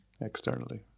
externally